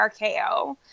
RKO